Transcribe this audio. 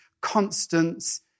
constants